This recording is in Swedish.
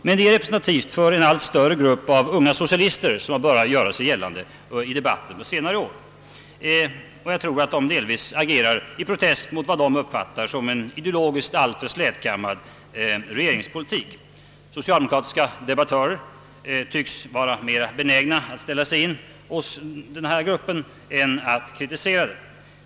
Men det är representativt för den allt större grupp av unga socialister som har börjat göra sig gällande i debatten under senare år; och jag tror att de delvis agerar i protest mot vad de uppfattar som en ideologiskt alltför slätkammad regeringspolitik. Socialdemokratiska debattörer tycks emellertid vara mera benägna att ställa sig in hos denna grupp än att kritisera den.